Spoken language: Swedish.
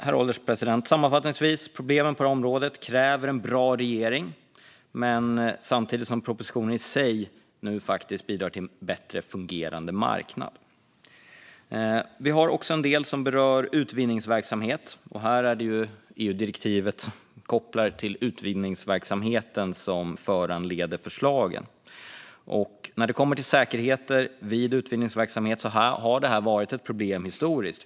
Sammanfattningsvis, herr ålderspresident: Problemen på detta område kräver en bra regering, samtidigt som propositionen i sig nu faktiskt bidrar till en bättre fungerande marknad. Vi har också en del som berör utvinningsverksamhet. Här är det EU-direktivet om utvinningsverksamhet som föranleder förslagen. När det kommer till säkerheter vid utvinningsverksamhet har detta varit ett problem historiskt.